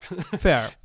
Fair